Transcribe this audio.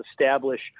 establish